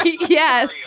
Yes